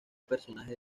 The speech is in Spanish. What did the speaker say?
personaje